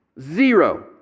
Zero